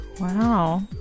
Wow